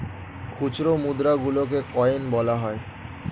খুচরো মুদ্রা গুলোকে কয়েন বলা হয়